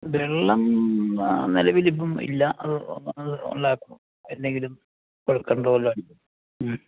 വെള്ളം നിലവിലിപ്പം ഇല്ല അത് അത് ഉള്ള എന്തെങ്കിലും കുഴൽ കിണറ് പോലെ അടിക്കും